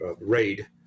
raid